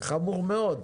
זה חמור מאוד.